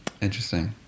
Interesting